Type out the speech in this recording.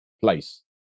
place